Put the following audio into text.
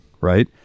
right